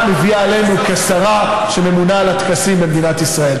מביאה עלינו כשרה הממונה על הטקסים במדינת ישראל.